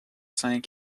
cinq